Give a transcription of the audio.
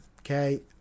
okay